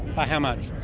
by how much?